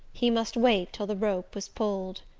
he must wait till the rope was pulled.